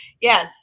yes